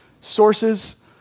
sources